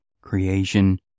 creation